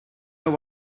know